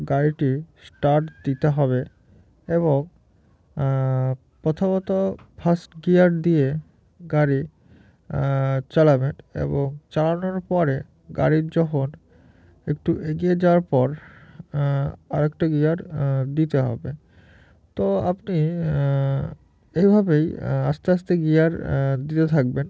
গাড়িটি স্টার্ট দিতে হবে এবং প্রথমত ফার্স্ট গিয়ার দিয়ে গাড়ি চালাবেন এবং চালানোর পরে গাড়ির যখন একটু এগিয়ে যাওয়ার পর আরেকটা গিয়ার দিতে হবে তো আপনি এইভাবেই আস্তে আস্তে গিয়ার দিতে থাকবেন